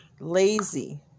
Lazy